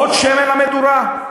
עוד שמן למדורה?